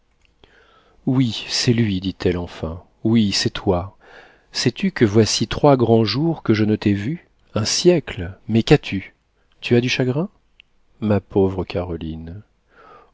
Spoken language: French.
oui c'est lui dit-elle enfin oui c'est toi sais-tu que voici trois grands jours que je ne t'ai vu un siècle mais qu'as-tu tu as du chagrin ma pauvre caroline